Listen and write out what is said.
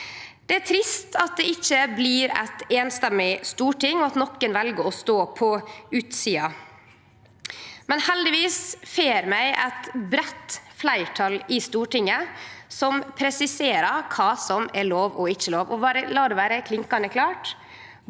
Det er trist at det ikkje blir eit einstemmig storting, og at nokon vel å stå på utsida, men heldigvis får vi eit breitt fleirtal i Stortinget som presiserer kva som er lov og ikkje lov. La det vere klinkande klart: